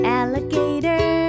alligator